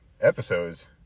episodes